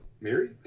Mary